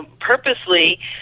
Purposely